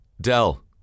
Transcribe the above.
Dell